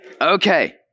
Okay